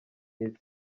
isi